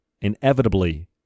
inevitably